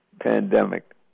pandemic